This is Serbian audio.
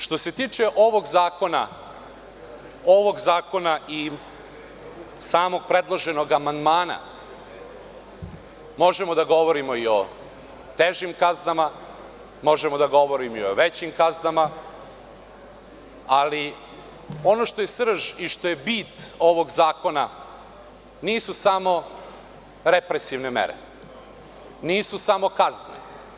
Što se tiče ovog zakona i samog predloženog amandmana možemo da govorimo i o težim kaznama, možemo da govorimo i o većim kaznama, ali ono što je srž, što je bit ovog zakona nisu samo represivne mere, nisu samo kazne.